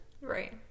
Right